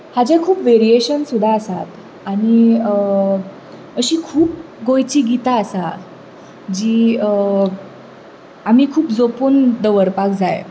हाचे खूब वेरिएशन सुद्दां आसात आनी अशीं खूब गोंयची गितां आसात जी आमी खूब जपून दवरपाक जाय